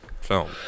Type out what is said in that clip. film